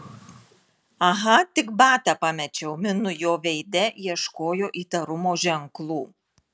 aha tik batą pamečiau minu jo veide ieškojo įtarumo ženklų